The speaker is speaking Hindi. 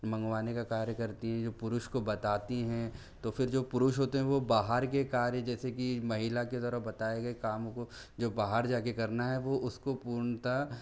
मंगवाने का कार्य करती हैं जो पुरुष को बताती हैं तो फिर जो पुरुष होते हैं वो बाहर के कार्य जैसे कि महिला की तरह बताए गए कामों को जो बाहर जा कर करना है वो उसको पूर्णता